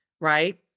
Right